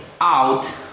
out